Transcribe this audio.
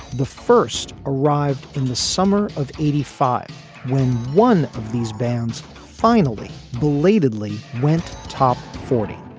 the first arrived in the summer of eighty five when one of these bands finally belatedly went top forty